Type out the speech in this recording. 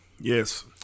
Yes